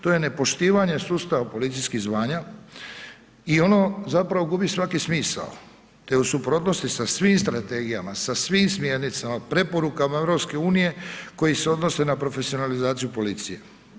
To je nepoštivanje sustava policijskih zvanja i ono zapravo gubi svaki smisao te je u suprotnosti sa svim strategijama, sa svim smjernicama, preporukama EU koji se odnose na profesionalizaciju policije.